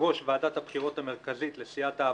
ליושב-ראש ועדת הבחירות המרכזית, לסיעת העבודה,